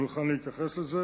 אני אהיה מוכן להתייחס לזה.